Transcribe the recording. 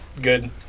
good